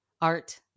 art